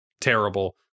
terrible